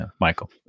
Michael